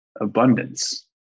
abundance